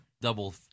double